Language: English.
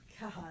god